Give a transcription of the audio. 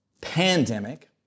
pandemic